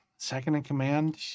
Second-in-command